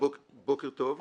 בוקר טוב.